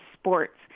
sports